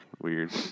Weird